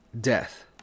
death